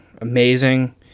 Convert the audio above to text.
amazing